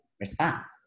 response